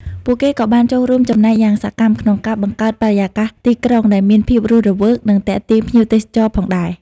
ពួកគេក៏បានចូលរួមចំណែកយ៉ាងសកម្មក្នុងការបង្កើតបរិយាកាសទីក្រុងដែលមានភាពរស់រវើក និងទាក់ទាញភ្ញៀវទេសចរណ៍ផងដែរ ។